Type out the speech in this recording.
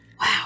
Wow